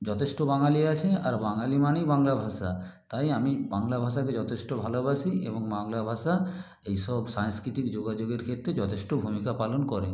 যথেষ্ট বাঙালি আছে আর বাঙালি মানেই বাংলা ভাষা তাই আমি বাংলা ভাষাকে যথেষ্ট ভালোবাসি এবং বাংলা ভাষা এইসব সাংস্কৃতিক যোগাযোগের ক্ষেত্রে যথেষ্ট ভূমিকা পালন করেও